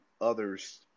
others